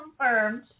confirmed